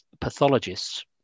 pathologists